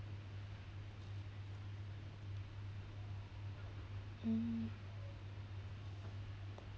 mm